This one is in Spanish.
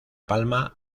palma